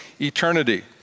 eternity